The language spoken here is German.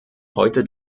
heute